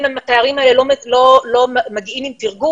אם התארים האלה לא מגיעים עם תרגום,